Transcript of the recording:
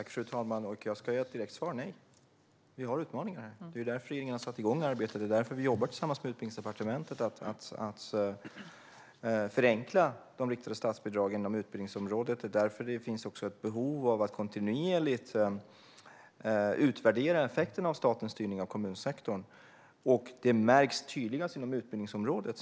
Fru talman! Jag ska ge ett direkt svar: Nej. Vi har utmaningar. Det är därför regeringen har satt igång arbetet. Det är därför vi jobbar tillsammans med Utbildningsdepartementet för att förenkla de riktade statsbidragen inom utbildningsområdet. Det är därför det också finns ett behov av att kontinuerligt utvärdera effekterna av statens styrning av kommunsektorn. Det märks tydligast inom utbildningsområdet.